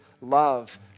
love